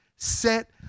set